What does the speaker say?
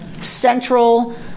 central